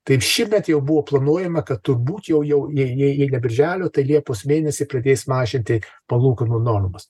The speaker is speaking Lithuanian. taip šįmet jau buvo planuojama kad turbūt jau jau jei jei jei ne birželio tai liepos mėnesį pradės mažinti palūkanų normas